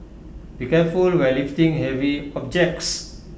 be careful when lifting heavy objects